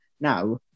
Now